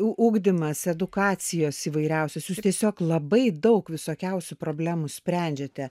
u ugdymas edukacijos įvairiausios jūs tiesiog labai daug visokiausių problemų sprendžiate